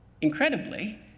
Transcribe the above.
Incredibly